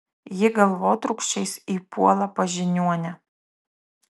ji galvotrūkčiais įpuola pas žiniuonę